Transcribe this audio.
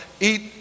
eat